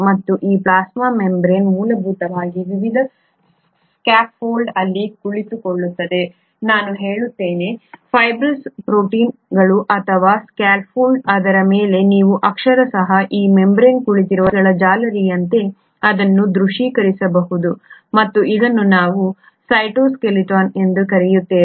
ಮತ್ತು ಈ plasma membrane ಮೂಲಭೂತವಾಗಿ ವಿವಿಧ ಸ್ಕ್ಯಾಫೋಲ್ಡ್ ಅಲ್ಲಿ ಕುಳಿತುಕೊಳ್ಳುತ್ತದೆ ನಾನು ಹೇಳುತ್ತೇನೆ ಫೈಬ್ರಸ್ ಪ್ರೊಟೀನ್ಗಳು ಅಥವಾ ಸ್ಕ್ಯಾಫೋಲ್ಡ್ ಅದರ ಮೇಲೆ ನೀವು ಅಕ್ಷರಶಃ ಈ ಮೆಂಬರೇನ್ ಕುಳಿತಿರುವ ತಂತಿಗಳ ಜಾಲರಿಯಂತೆ ಅದನ್ನು ದೃಶ್ಯೀಕರಿಸಬಹುದು ಮತ್ತು ಇದನ್ನು ನಾವು ಸೈಟೋಸ್ಕೆಲಿಟನ್ ಎಂದು ಕರೆಯುತ್ತೇವೆ